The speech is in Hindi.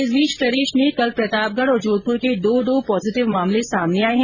इस बीच प्रदेश में कल प्रतापगढ और जोधपुर के दो दो पॉजीटिव मामले सामने आये है